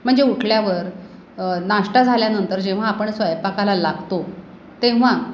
म्हणजे उठल्यावर नाश्ता झाल्यानंतर जेव्हा आपण स्वयंपाकाला लागतो तेव्हा